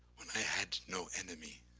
when i had no enemy,